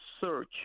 search